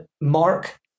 mark